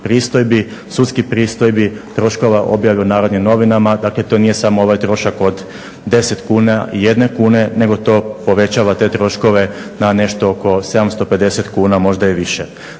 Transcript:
pristojbi, sudskih pristojbi, troškova objave u "Narodnim novinama". Dakle, to nije samo ovaj trošak od 10 kuna i jedne kune nego to povećava te troškove na nešto oko 750 kuna, možda i više.